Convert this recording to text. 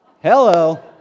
Hello